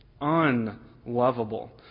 unlovable